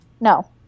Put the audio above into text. No